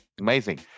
amazing